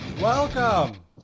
Welcome